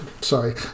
Sorry